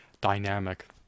dynamic